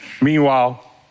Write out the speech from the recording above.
Meanwhile